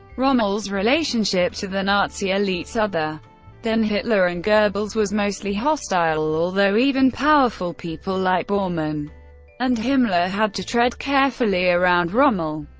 rommel's relationship to the nazi elites, other than hitler and goebbels, was mostly hostile, although even powerful people like bormann and himmler had to tread carefully around rommel.